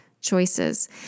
choices